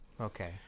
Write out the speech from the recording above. Okay